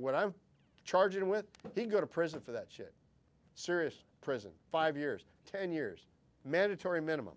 what i'm charged with he go to prison for that shit serious prison five years ten years mandatory minimum